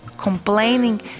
complaining